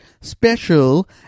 special